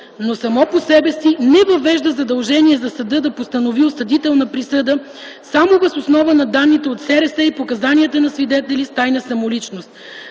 но само по себе си не въвежда задължение за съда да постанови осъдителна присъда само въз основа на данните от СРС и показанията на свидетели с тайна самоличност.